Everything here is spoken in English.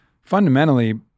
fundamentally